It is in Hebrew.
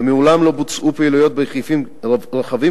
ומעולם לא בוצעו פעילויות בהיקפים רחבים